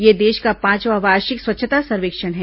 यह देश का पांचवां वार्षिक स्वच्छता सर्वेक्षण है